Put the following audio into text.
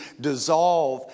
dissolve